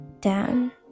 down